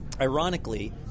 ironically